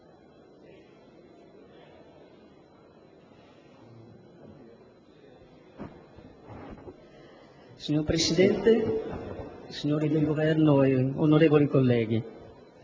Signor Presidente, signori del Governo, onorevoli colleghi,